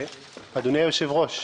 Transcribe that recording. אדוני היושב-ראש,